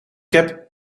heb